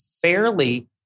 fairly